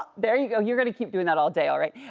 there you go, you're gonna keep doing that all day, all right?